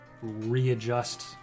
readjust